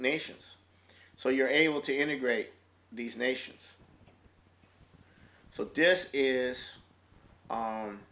nations so you're able to integrate these nations so desk is